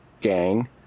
gang